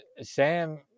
Sam